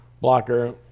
blocker